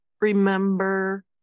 remember